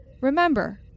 Remember